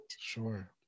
Sure